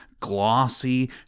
glossy